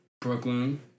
Brooklyn